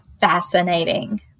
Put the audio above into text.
fascinating